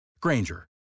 Granger